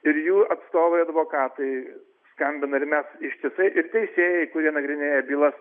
ir jų atstovai advokatai skambina ir mes ištisai ir teisėjai kurie nagrinėja bylas